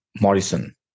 Morrison